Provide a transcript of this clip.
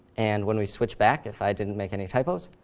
and when we switch back, if i didn't make any typos,